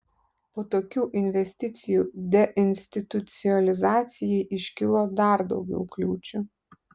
po tokių investicijų deinstitucionalizacijai iškilo dar daugiau kliūčių